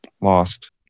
lost